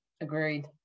Agreed